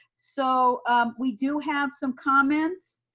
so we do have some comments.